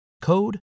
code